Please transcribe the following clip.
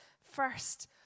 first